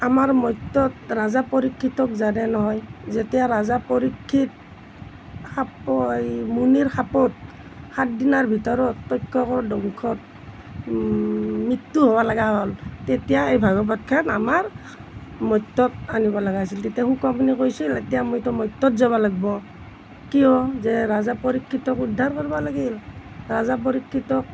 আমাৰ মৰ্ত্যত ৰজা পৰিক্ষীতক জানে নহয় যেতিয়া ৰজা পৰিক্ষীত মুনিৰ শাপত সাত দিনৰ ভিতৰত দক্ষকৰ দংশনত মৃত্যু হ'বলগীয়া হ'ল তেতিয়া এই ভাগৱতখন আমাৰ মৰ্ত্যত আনিবলগীয়া হৈছিল তেতিয়া শুক মুনিয়ে কৈছিল এতিয়া মইতো মৰ্ত্যত যাব লাগিব কিয় যে ৰজা পৰিক্ষীতক উদ্ধাৰ কৰিব লাগিল ৰজা পৰিক্ষীতক